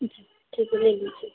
जी ठीक है ले लीजिए